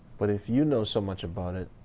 but if you know so much about it,